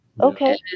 Okay